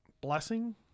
blessing